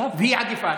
והיא עדיפה.